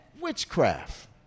Witchcraft